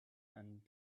and